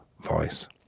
voice